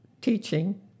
teaching